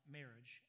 marriage